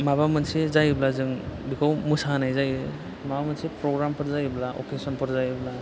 माबा मोनसे जायोब्ला जों बेखौ मोसाहोनाय जायो माबा मोनसे प्रग्रामफोर जायोब्ला अकेसनफोर जायोब्ला